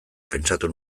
pentsatu